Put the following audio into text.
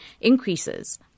increases